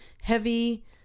heavy